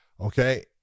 okay